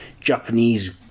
Japanese